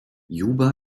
juba